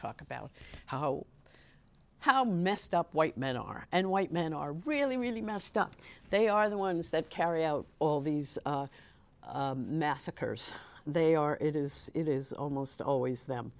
talk about how how messed up white men are and white men are really really messed up they are the ones that carry out all these massacres they are it is it is almost always